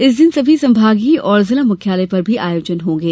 इस दिन सभी संभागीय और जिला मुख्यालय पर भी आयोजन होंगे